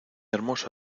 hermoso